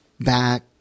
back